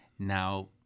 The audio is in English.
Now